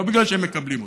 לא בגלל שהם מקבלים אותה.